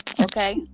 okay